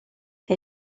che